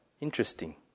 interesting